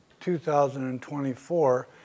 2024